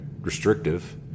restrictive